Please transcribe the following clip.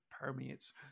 permeates